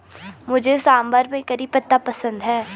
मुझे सांभर में करी पत्ता पसंद है